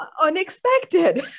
unexpected